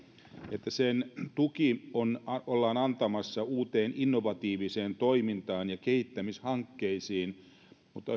että sen tuki ollaan antamassa uuteen innovatiiviseen toimintaan ja kehittämishankkeisiin mutta